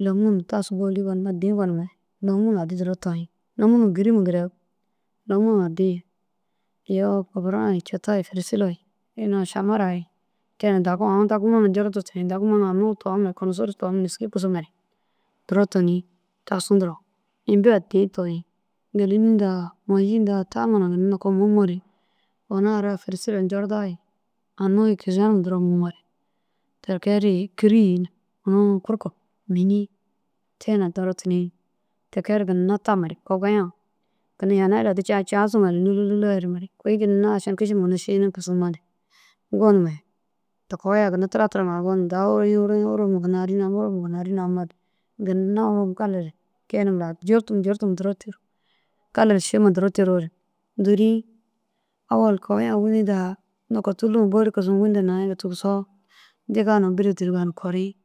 lômun tasu bôli addi gonumare lômun addi duro toyi lômunu gîrima lômun addi ye iyoo kofora ceta ye fêrsila ye iŋa samara ye te na dagimoo na dêri duro tunii dagimoo na kunusuru tom neski kisimare duro tunii tasu duro imbi addi toyi gîleni nta maji nta ta na ginna nokoo mûmoore ina ara fêrsila ncorda ye anu ye kizenim duro mûmoore. Ti kee ru kûrkum mînii te na duro tunii ti kee ru ginna tamare kogoya ginna jinayi ru addi tamare cacazumare lûla lûla herimare kôi ašan kišima ginna šinige kisimoore. Gonumare kogoya ginna tira tira ŋa ru gonumoore urusi urusi urunuma ginna ari nayi urunuma ginna ari namoore ginna gali ru kee numa jurdum duro terig. Gali ru šima duro terore dûri ôwolu kogoya nokoo tûlum bôli kisim wûna nayi gee tigisoo diga na bîre dûruga na kori.